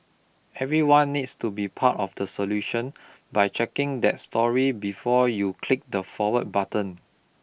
everyone needs to be part of the solution by checking that story before you click the forward button